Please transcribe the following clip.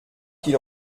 qu’il